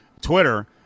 Twitter